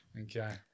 Okay